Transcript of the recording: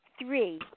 three